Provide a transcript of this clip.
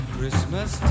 Christmas